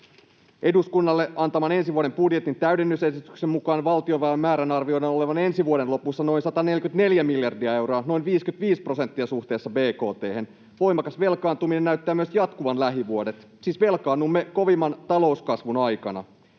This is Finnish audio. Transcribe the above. Eduskunnalle annetun ensi vuoden budjetin täydennysesityksen mukaan valtionvelan määrän arvioidaan olevan ensi vuoden lopussa noin 144 miljardia euroa, noin 55 prosenttia suhteessa bkt:hen. Voimakas velkaantuminen näyttää myös jatkuvan lähivuodet — siis velkaannumme kovimman talouskasvun aikana.